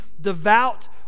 devout